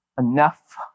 Enough